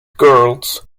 girls